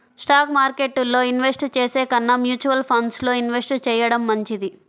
stock మార్కెట్టులో invest చేసే కన్నా మ్యూచువల్ ఫండ్స్ లో ఇన్వెస్ట్ చెయ్యడం మంచిది